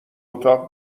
اتاق